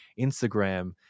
Instagram